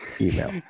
email